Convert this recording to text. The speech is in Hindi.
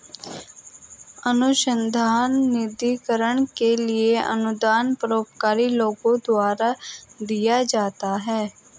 अनुसंधान निधिकरण के लिए अनुदान परोपकारी लोगों द्वारा दिया जाता है